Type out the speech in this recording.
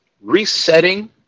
resetting